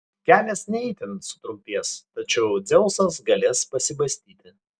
kelias ne itin sutrumpės tačiau dzeusas galės pasibastyti